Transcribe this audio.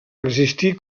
existir